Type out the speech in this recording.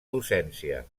docència